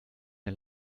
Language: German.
mir